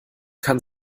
kann